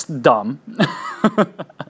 dumb